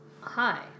Hi